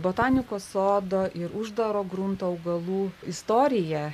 botanikos sodo ir uždaro grunto augalų istorija